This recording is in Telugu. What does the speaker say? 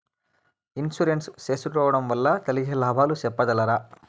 ఇన్సూరెన్సు సేసుకోవడం వల్ల కలిగే లాభాలు సెప్పగలరా?